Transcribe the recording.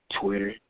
Twitter